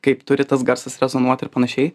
kaip turi tas garsas rezonuot ir panašiai